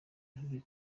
ruri